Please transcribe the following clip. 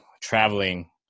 traveling